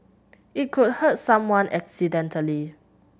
it could hurt someone accidentally